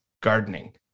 gardening